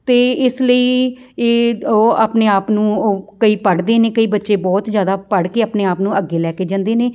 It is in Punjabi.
ਅਤੇ ਇਸ ਲਈ ਇਹ ਉਹ ਆਪਣੇ ਆਪ ਨੂੰ ਉਹ ਕਈ ਪੜ੍ਹਦੇ ਨੇ ਕਈ ਬੱਚੇ ਬਹੁਤ ਜ਼ਿਆਦਾ ਪੜ੍ਹ ਕੇ ਆਪਣੇ ਆਪ ਨੂੰ ਅੱਗੇ ਲੈ ਕੇ ਜਾਂਦੇ ਨੇ